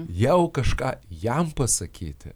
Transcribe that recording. jau kažką jam pasakyti